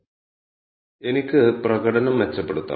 ആദ്യം നമുക്ക് case study നോക്കാം